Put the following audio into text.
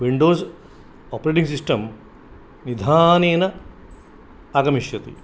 Windows operating system निधानेन आगमिष्यति